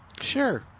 Sure